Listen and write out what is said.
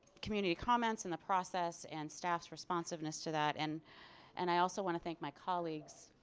community comments in the process and staffs responsiveness to that and and i also want to thank my colleagues.